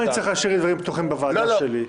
למה אני צריך להשאיר דברים פתוחים בוועדה שלי?